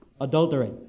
adultery